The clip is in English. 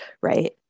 right